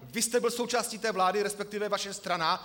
Vy jste byl součástí té vlády, resp. vaše strana.